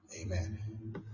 Amen